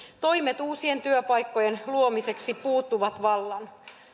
toimet uusien työpaikkojen luomiseksi puuttuvat vallan